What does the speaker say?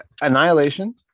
Annihilation